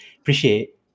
appreciate